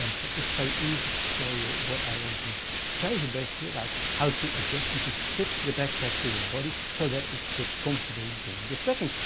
um so it's very easy to show you what i want to tell you basically about how to adjust and to fit the backpack to your body so that it sits comfortably during your trekkings.